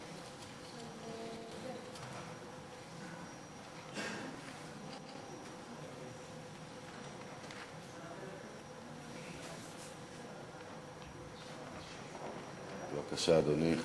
בבקשה, אדוני.